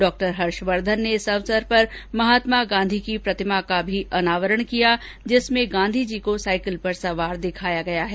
डॉ हर्षवर्धन ने इस अवसर पर महात्मा गांधी की प्रतिमा का भी अनावरण किया जिसमें गांधी जी को साइकिल पर सवार दिखाया गया है